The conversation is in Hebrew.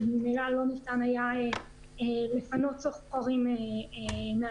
שממילא לא ניתן היה לפנות שוכרים מהנכס.